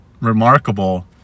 remarkable